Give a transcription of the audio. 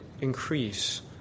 increase